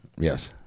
Yes